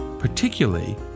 particularly